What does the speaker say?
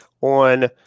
on